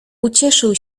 ucieszył